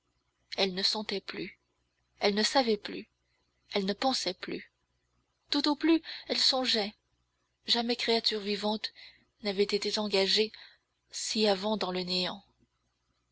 elle ne sentait plus elle ne savait plus elle ne pensait plus tout au plus elle songeait jamais créature vivante n'avait été engagée si avant dans le néant